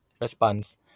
response